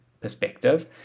perspective